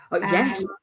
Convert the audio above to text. Yes